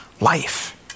life